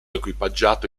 equipaggiato